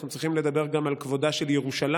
אנחנו צריכים לדבר גם על כבודה של ירושלים,